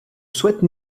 souhaite